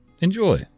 Enjoy